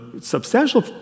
substantial